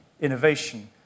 innovation